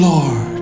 Lord